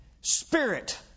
spirit